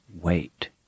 wait